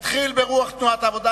התחיל ברוח תנועת העובדים,